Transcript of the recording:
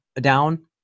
down